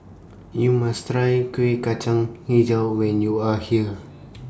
YOU must Try Kueh Kacang Hijau when YOU Are here